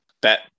bet